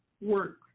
work